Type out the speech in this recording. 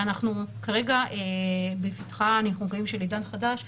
ואנחנו כרגע, אנחנו מקווים, בפתח של עידן חדש,